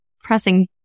pressing